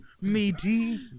meaty